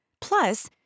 Plus